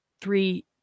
three